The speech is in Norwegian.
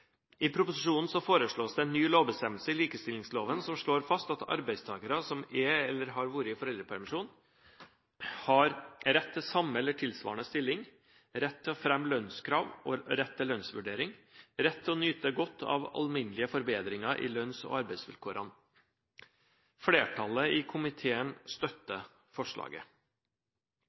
I proposisjonen foreslås det en ny lovbestemmelse i likestillingsloven, som slår fast at arbeidstakere som er eller har vært i foreldrepermisjon, har rett til samme eller tilsvarende stilling, rett til å fremme lønnskrav og rett til lønnsvurdering, og rett til å nyte godt av alminnelige forbedringer i lønns- og arbeidsvilkårene. Flertallet i komiteen støtter forslaget.